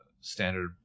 standard